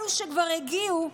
אלה שכבר הגיעו,